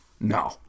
No